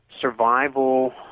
survival